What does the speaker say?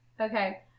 Okay